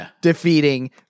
defeating